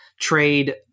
trade